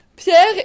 Pierre